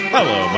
Hello